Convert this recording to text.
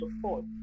support